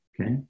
okay